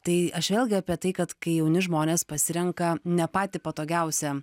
tai aš vėlgi apie tai kad kai jauni žmonės pasirenka ne patį patogiausią